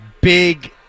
big